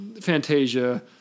Fantasia